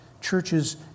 churches